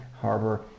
harbor